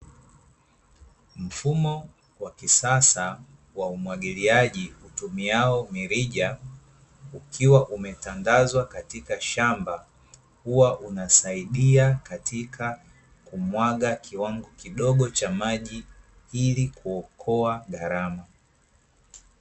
Mfumo wa kisasa wa umwagjliaji, utumiao mirija ukiwa umetandazwa katika shamba, huwa unasaidia katika kumwaga kiwango kidogo cha maji ili kuokoa gharama.